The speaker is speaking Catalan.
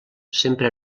sempre